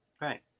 Right